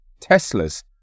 Teslas